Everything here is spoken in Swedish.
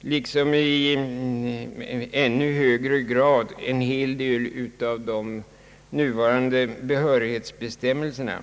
liksom i ännu högre grad en hel del av de nuvarande behörighetsbestämmelserna.